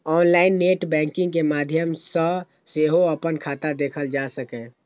online net banking के माध्यम सं सेहो अपन खाता देखल जा सकैए